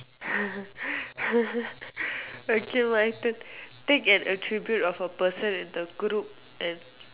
okay my turn take an attribute of a person in the group and